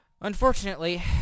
unfortunately